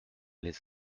les